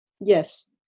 Yes